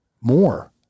More